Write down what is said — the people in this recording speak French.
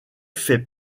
fait